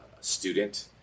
student